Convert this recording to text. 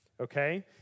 Okay